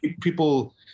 people